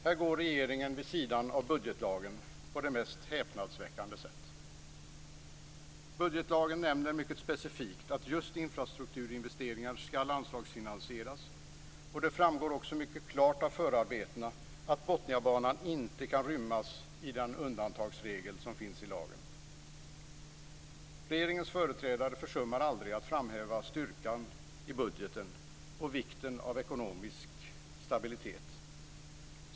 Här går regeringen vid sidan av budgetlagen på det mest häpnadsväckande sätt. Budgetlagen nämner mycket specifikt att just infrastrukturinvesteringar skall anslagsfinansieras. Det framgår också mycket klart av förarbetena att Botniabanan inte kan rymmas i den undantagsregel som finns i lagen. Regeringens företrädare försummar aldrig att framhäva styrkan i budgeten och vikten av ekonomisk stabilitet.